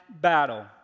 battle